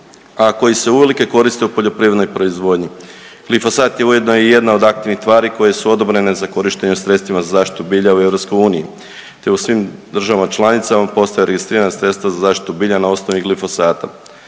a koji se uvelike koriste u poljoprivrednoj proizvodnji. Glifosat je ujedno i jedna od aktivnih tvari koje su odobrene za korištenje sredstvima za zaštitu bilja u EU te u svim državama članicama postoje registrirana sredstva za zaštitu bilja na osnovi glifosata.